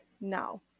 now